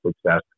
success